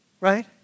right